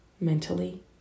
mentally